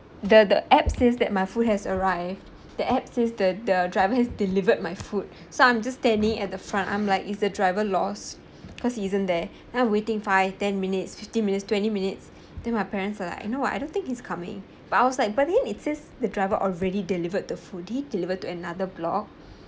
there the app says that my food has arrived the app says the the driver has delivered my food so I'm just standing at the front I'm like is the driver lost because he isn't there I'm waiting five ten minutes fifteen minutes twenty minutes then my parents are like you know what I don't think he's coming but I was like but then it says the driver already delivered the food he delivered to another block